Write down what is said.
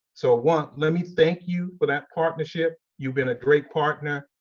so one, lemme thank you for that partnership. you've been a great partner.